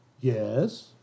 Yes